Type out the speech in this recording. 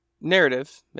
narrative